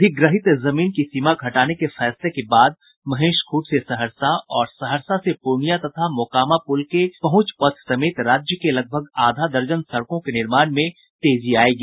अधिग्रहित जमीन की सीमा घटाने के फैसले के बाद महेशखूंट से सहरसा और सहरसा से पूर्णियां तथा मोकामा पुल के पहुंच पथ समेत राज्य के लगभग आधा दर्जन सड़कों के निर्माण में तेजी आयेगी